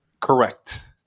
Correct